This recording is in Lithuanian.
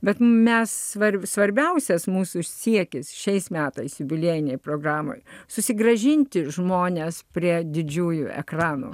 bet mes svarbių svarbiausias mūsų siekis šiais metais jubiliejinėje programoje susigrąžinti žmones prie didžiųjų ekranų